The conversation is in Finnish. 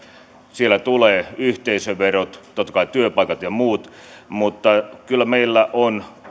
siellä tulevat yhteisöverot totta kai työpaikat ja muut ja kyllä meillä on